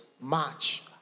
march